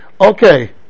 Okay